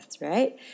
right